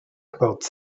about